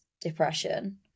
depression